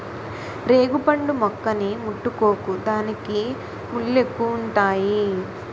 రేగుపండు మొక్కని ముట్టుకోకు దానికి ముల్లెక్కువుంతాయి